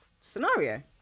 scenario